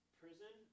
prison